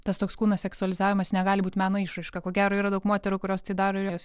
tas toks kūno seksualizavimas negali būt meno išraiška ko gero yra daug moterų kurios tai daro jos